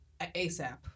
ASAP